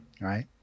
right